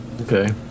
Okay